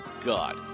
god